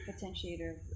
potentiator